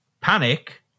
Panic